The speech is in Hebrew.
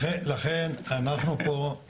לכן אנחנו פה,